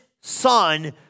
Son